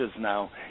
now